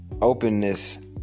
Openness